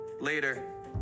Later